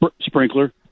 sprinkler